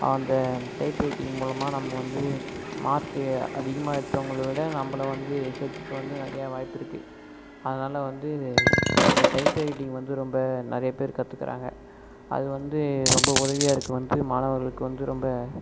அந்த டைப்ரைட்டிங் மூலமாக நம்ம வந்து மார்க் அதிகமாக எடுத்தவங்களை விட நம்பளை வந்து சேர்த்துக்க வந்து நிறையா வாய்ப்பு இருக்குது அதனால் வந்து இந்த டைப்ரைட்டிங் வந்து ரொம்ப நிறைய பேர் கற்றுக்கறாங்க அது வந்து ரொம்ப உதவியாக இருக்குது வந்து மாணவர்களுக்கு வந்து ரொம்ப